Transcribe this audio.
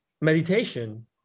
Meditation